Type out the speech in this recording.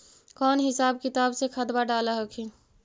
कौन हिसाब किताब से खदबा डाल हखिन?